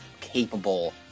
capable